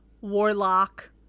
warlock